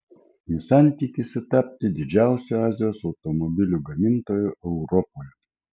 nissan tikisi tapti didžiausiu azijos automobilių gamintoju europoje